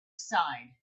side